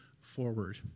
forward